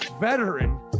veteran